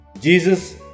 Jesus